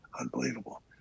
unbelievable